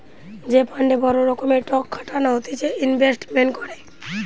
যে ফান্ডে বড় রকমের টক খাটানো হতিছে ইনভেস্টমেন্ট করে